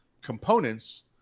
components